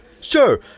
Sure